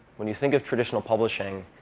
when you think of traditional publishing,